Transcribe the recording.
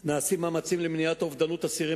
נעשים מאמצים למניעת אובדנות אסירים